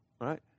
right